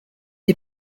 est